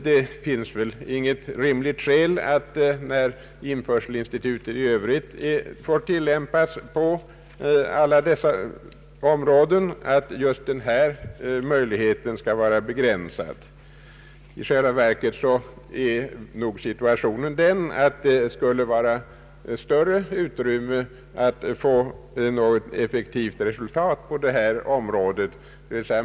Det finns väl inget rimligt skäl för att just denna möjlighet skall vara begränsad, när införselinstitutet i övrigt får tillämpas på alla dessa områden. I själva verket är nog situationen den att det finns större utrymme för att nå ett effektivt resultat på detta område.